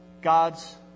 God's